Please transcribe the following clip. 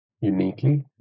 uniquely